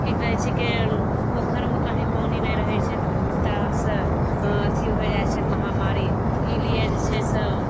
की कहै छिकै पोखरिमे कहीं पानि नहि रहै छै तऽ बहुत तरह सऽ अथी हो जाइ छै महामारी ई लिए जे छै से